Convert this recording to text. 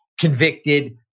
convicted